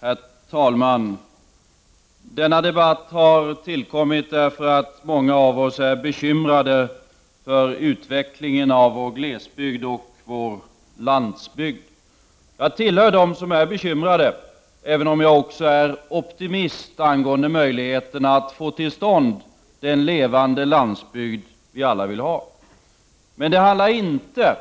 Herr talman! Denna debatt har tillkommit därför att många av oss är bekymrade för utvecklingen av vår glesbygd och vår landsbygd. Jag tillhör dem som är bekymrade, även om jag också är optimist angående möjligheterna att få till stånd den levande landsbygd som vi alla vill ha. Men det handlar inte